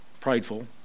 prideful